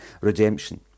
redemption